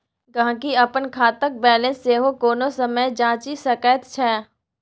गहिंकी अपन खातक बैलेंस सेहो कोनो समय जांचि सकैत छै